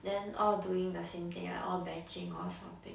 then all doing the same thing like all batching or something